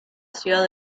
ciudad